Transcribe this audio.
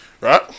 right